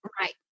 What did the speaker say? Right